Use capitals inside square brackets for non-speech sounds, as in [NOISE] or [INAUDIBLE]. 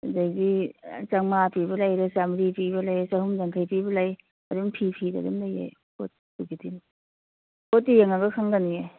ꯑꯗꯒꯤ ꯆꯧꯉꯥ ꯄꯤꯕ ꯂꯩꯔꯦ ꯆꯥꯝꯔꯤ ꯄꯤꯕ ꯂꯩ ꯆꯍꯨꯝ ꯌꯥꯡꯈꯩ ꯄꯤꯕ ꯂꯩ ꯑꯗꯨꯝ ꯐꯤ ꯐꯤꯗ ꯑꯗꯨꯝ ꯂꯩꯌꯦ [UNINTELLIGIBLE] ꯄꯣꯠꯇꯤ ꯌꯦꯡꯉꯒ ꯈꯪꯒꯅꯤꯌꯦ